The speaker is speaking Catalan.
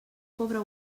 pobra